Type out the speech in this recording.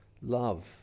love